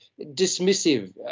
dismissive